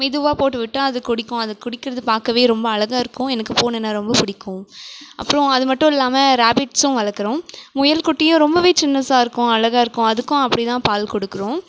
மெதுவாக போட்டு விட்டால் அது குடிக்கும் அது குடிக்கிறதை பார்க்கவே ரொம்ப அழகாக இருக்கும் எனக்கு பூனைன்னால் ரொம்ப பிடிக்கும் அப்புறம் அதுமட்டும் இல்லாமல் ரேபிட்ஸும் வளர்க்குறோம் முயல் குட்டியும் ரொம்பவே சின்னசாக இருக்கும் அழகாக இருக்கும் அதுக்கு அப்படிதான் பால் கொடுக்குறோம்